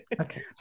Okay